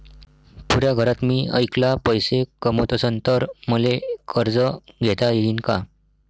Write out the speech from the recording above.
पुऱ्या घरात मी ऐकला पैसे कमवत असन तर मले कर्ज घेता येईन का?